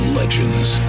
legends